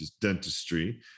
dentistry